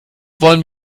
wollen